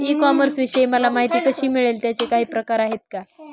E कॉमर्सविषयी मला माहिती कशी मिळेल? त्याचे काही प्रकार आहेत का?